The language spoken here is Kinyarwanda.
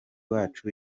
uwacu